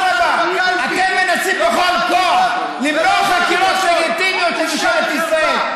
אתם מנסים בכל כוח למנוע חקירות לגיטימיות של ממשלת ישראל.